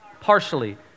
Partially